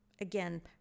Again